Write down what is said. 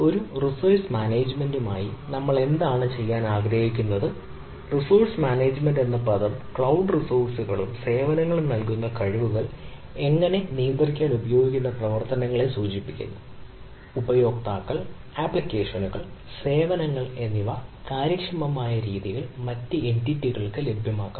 ഒരു റിസോഴ്സ് മാനേജ്മെൻറുമായി നമ്മൾ എന്തുചെയ്യാൻ ആഗ്രഹിക്കുന്നു റിസോഴ്സ് മാനേജ്മെന്റ് എന്ന പദം ക്ലൌഡ് റിസോഴ്സുകളും സേവനങ്ങളും നൽകുന്ന കഴിവുകൾ എങ്ങനെ നിയന്ത്രിക്കാൻ ഉപയോഗിക്കുന്ന പ്രവർത്തനങ്ങളെ സൂചിപ്പിക്കുന്നു ഉപയോക്താക്കൾ ആപ്ലിക്കേഷനുകൾ സേവനങ്ങൾ എന്നിവ കാര്യക്ഷമമായ രീതിയിൽ മറ്റ് എന്റിറ്റികൾക്ക് ലഭ്യമാക്കാം